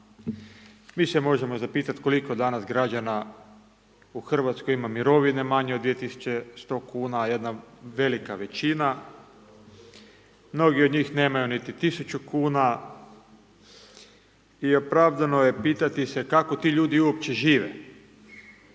Mi se možemo zapitati koliko danas građana u Hrvatskoj ima mirovine manje od 2100 kuna, jedna velika većina, mnogi od njih nemaju niti 1000 kuna, i opravdano je pitati se kako ti ljudi uopće žive?